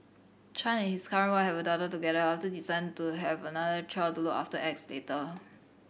Chan and his current wife have a daughter together after deciding to have another child to look after X later